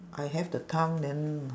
I have the time then